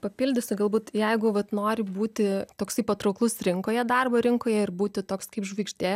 papildysiu galbūt jeigu vat nori būti toksai patrauklus rinkoje darbo rinkoje ir būti toks kaip žvaigždė